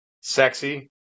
sexy